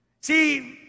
See